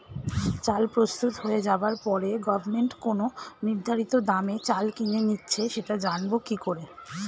চাল প্রস্তুত হয়ে যাবার পরে গভমেন্ট কোন নির্ধারিত দামে চাল কিনে নিচ্ছে সেটা জানবো কি করে?